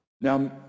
Now